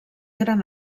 gran